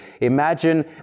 imagine